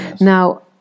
now